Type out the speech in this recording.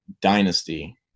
dynasty